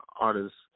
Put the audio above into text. artists